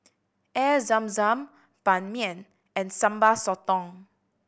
Air Zam Zam Ban Mian and Sambal Sotong